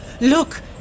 look